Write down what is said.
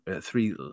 three